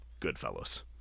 Goodfellas